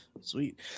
sweet